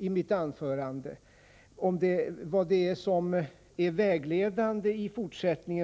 I mitt anförande frågade jag mig vad det är som är vägledande